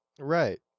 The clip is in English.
right